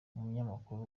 umunyamakuru